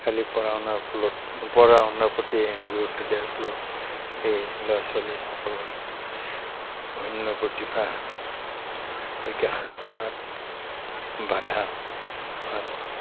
খালি পঢ়া শুনাৰ ফলত পঢ়া শুনাৰ প্ৰতি গুৰুত্ব দিয়াৰ ফলত এই ল'ৰা ছোৱালীসকলৰ অন্য প্ৰতিভা বিকাশ হোৱাত বাধা হয়